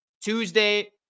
Tuesday